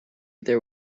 there